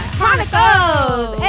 Chronicles